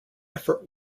effort